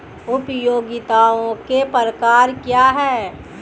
उपयोगिताओं के प्रकार क्या हैं?